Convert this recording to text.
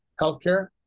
healthcare